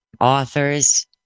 authors